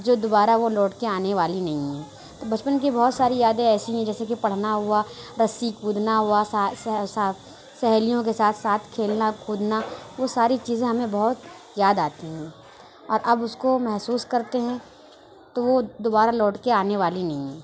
جو دوبارہ وہ لوٹ کر آنے والی نہیں ہے تو بچپن کی بہت ساری یادیں ایسی ہیں جیسے کہ پڑھنا ہُوا رسّی کودنا ہُوا ساتھ ساتھ سہیلیوں کے ساتھ ساتھ کھیلنا کودنا وہ ساری چیزیں ہمیں بہت یاد آتی ہیں اور اب اُس کو محسوس کرتے ہیں تو وہ دوبارہ لوٹ کے آنے والی نہیں ہے